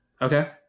Okay